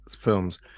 films